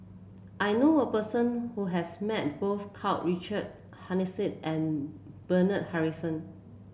I know a person who has met both Karl Richard Hanitsch and Bernard Harrison